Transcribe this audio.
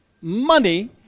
money